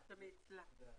הם מנהיגי הכיתות,